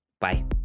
bye